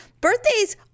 Birthdays